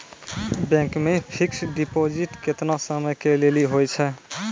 Bank मे fixed deposit केतना समय के लेली होय छै?